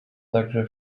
także